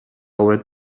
албайт